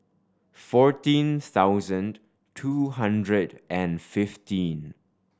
fourteen thousand two hundred and fifteen